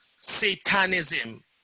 Satanism